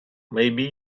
maybe